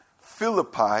philippi